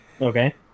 Okay